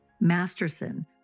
Masterson